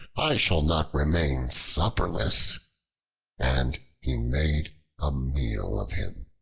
i shall not remain supperless and he made a meal of him.